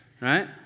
right